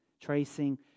tracing